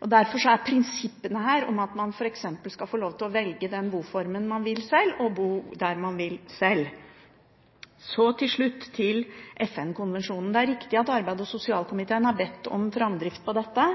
Derfor er prinsippene her at man skal få lov til å velge den boformen man vil sjøl, og bo der man vil sjøl. Så til slutt til FN-konvensjonen. Det er riktig at arbeids- og sosialkomiteen har bedt om framdrift på dette.